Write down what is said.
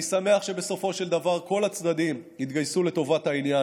אני שמח שבסופו של דבר כל הצדדים התגייסו לטובת העניין,